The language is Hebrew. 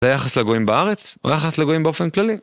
זה יחס לגויים בארץ? או יחס לגויים באופן כללי?